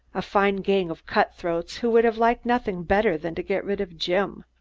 a fine gang of cutthroats who would have liked nothing better than to get rid of jim.